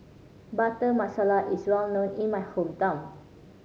Butter Masala is well known in my hometown